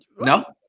No